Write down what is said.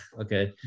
okay